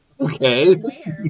Okay